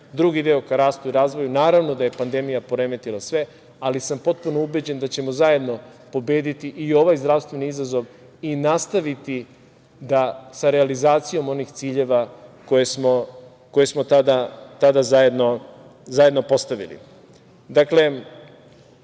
drugi ka rastu i razvoju. Naravno da je pandemija poremetila sve, ali sam potpuno ubeđen da ćemo zajedno pobediti i ovaj zdravstveni izazov i nastaviti da sa realizacijom onih ciljeva koje smo tada zajedno postavili. Dakle,